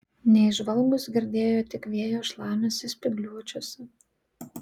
neįžvalgūs girdėjo tik vėjo šlamesį spygliuočiuose